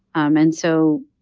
um and so,